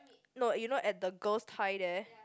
no you know at the girl's tie there